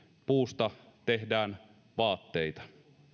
puusta tehdään vaatteita